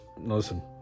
listen